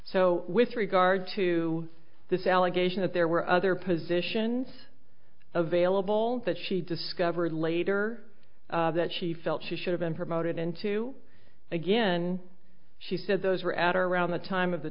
so with regard to this allegation that there were other positions available that she discovered later that she felt she should have been promoted into again she said those were at around the time of the